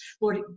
Lord